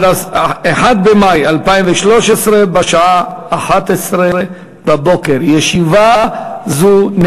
1 במאי 2013, בשעה 11:00.